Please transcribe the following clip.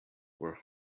were